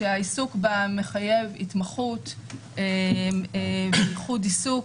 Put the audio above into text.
שהעיסוק בה מחייב התמחות ואיחוד עיסוק.